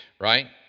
Right